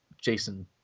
Jason